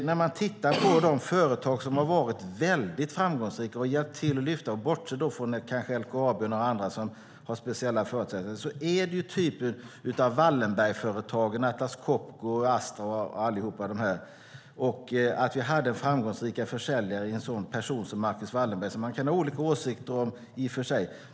När man tittar på de företag som har varit väldigt framgångsrika och hjälpt till att lyfta Sverige - vi får kanske bortse från LKAB och några andra som har speciella förutsättningar - kan man se att det är sådana som Wallenbergföretagen, Atlas Copco, Astra och alla de här, och att vi hade en framgångsrik försäljare i en sådan person som Marcus Wallenberg, som man kan ha olika åsikter om i och för sig.